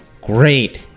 Great